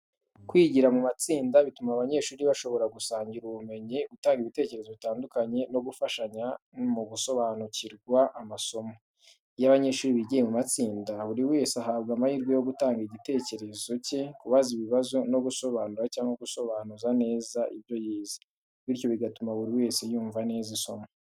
Kwigira mu matsinda bituma abanyeshuri bashobora gusangira ubumenyi, gutanga ibitekerezo bitandukanye no gufashanya mu gusobanukirwa amasomo. Iyo abanyeshuri bigiye mu matsinda, buri wese ahabwa amahirwe yo gutanga igitekerezo cye, kubaza ibibazo no gusobanura cyangwa gusobanuza neza ibyo yize, bityo bigatuma buri wese yumva neza isomo.